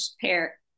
pair